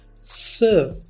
Serve